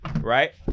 right